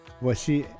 Voici